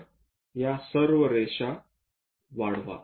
तर या सर्व रेषा वाढवा